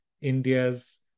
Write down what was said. India's